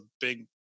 big